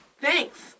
Thanks